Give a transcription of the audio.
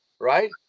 right